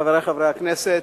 חברי חברי הכנסת,